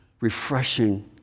refreshing